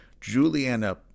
Juliana